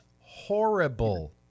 horrible